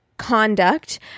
conduct